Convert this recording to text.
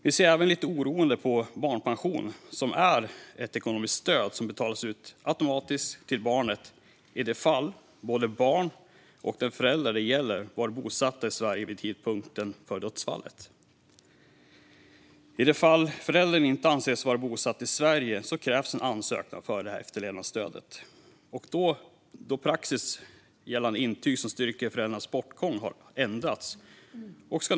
Vi ser även med lite oro på barnpension, ett ekonomiskt stöd som betalas ut automatiskt till barnet i de fall både barnet och den förälder det gäller var bosatta i Sverige vid tidpunkten för dödsfallet. I de fall där föräldern inte anses ha varit bosatt i Sverige krävs en ansökan för efterlevandestödet. Praxis gällande intyg som styrker förälderns bortgång har ändrats.